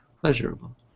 pleasurable